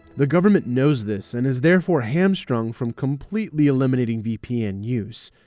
the government knows this, and is therefore hamstrung from completely eliminating vpn use,